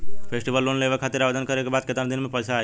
Festival loan लेवे खातिर आवेदन करे क बाद केतना दिन म पइसा आई?